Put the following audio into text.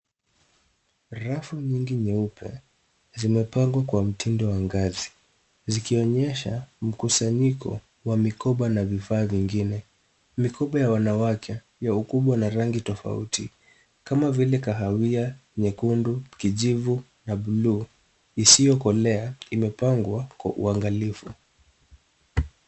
Rafu nyingi nyeupe zimepangwa kwa mtindo wa ngazi zikionyesha mkusanyiko wa mikoba na vifaa vingine. Mikoba ya wanawake ya ukubwa na rangi tofauti kama vile kahawia, nyekundu, kijivu na blue isiyokolea imepangwa kwa uangalifu.